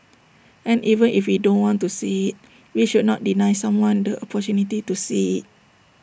and even if we don't want to see we should not deny someone the opportunity to see